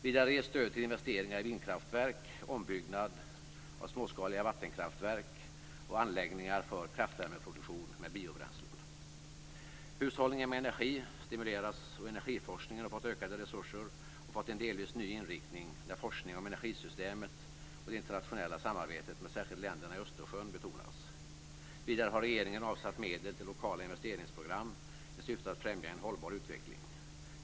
Vidare ges stöd till investeringar i vindkraftverk och ombyggnad av småskaliga vattenkraftverk och anläggningar för kraftvärmeproduktion med biobränslen. Hushållningen med energi stimuleras, och energiforskningen har fått ökade resurser och fått en delvis ny inriktning där forskningen om energisystemet och det internationella samarbetet med särskilt länderna i Östersjön betonas. Vidare har regeringen avsatt medel till lokala investeringsprogram i syfte att främja en hållbar utveckling.